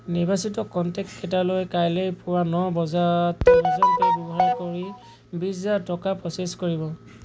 নিৰ্বাচিত কণ্টেক্টকেইটালৈ কাইলৈ পুৱা ন বজাত এমেজন পে' ব্যৱহাৰ কৰি বিশ হেজাৰ টকা প্ৰ'চেছ কৰিব